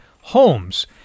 homes